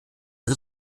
der